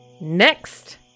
Next